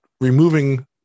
removing